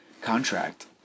contract